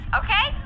okay